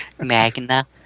Magna